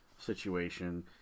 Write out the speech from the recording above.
situation